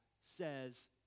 says